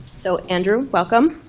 so andrew, welcome.